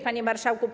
Panie Marszałku!